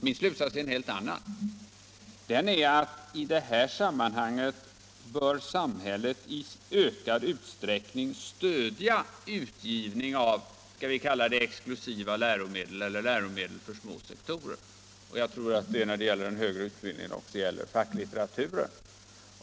Min slutsats är, som sagt, en helt annan, nämligen att i det här sammanhanget bör samhället i ökad utsträckning stödja utgivning av ”exklusiva” läromedel eller läromedel för små sektorer och i fråga om den högre utbildningen väl också av facklitteratur.